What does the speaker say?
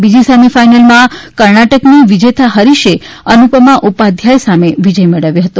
બીજી સેમી ફાઈનલમાં કર્ણાટકની વિજેથા હરીશે અનુપમા ઉપાધ્યાય સામે વિજય મેળવ્યો હતો